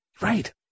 Right